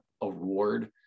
award